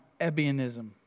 Ebionism